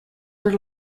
were